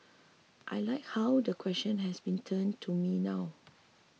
I like how the question has been turned to me now